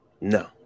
No